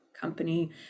company